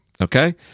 okay